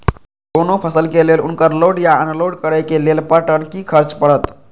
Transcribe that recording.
कोनो फसल के लेल उनकर लोड या अनलोड करे के लेल पर टन कि खर्च परत?